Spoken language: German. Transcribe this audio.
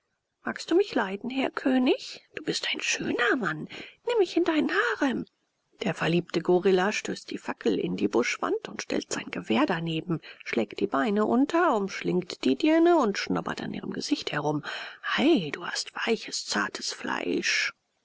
magst du mich leiden herr könig du bist ein schöner mann nimm mich in deinen harem der verliebte gorilla stößt die fackel in die buschwand und stellt sein gewehr daneben schlägt die beine unter umschlingt die dirne und schnobert an ihrem gesicht herum ei du hast weiches zartes fleisch